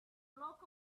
flock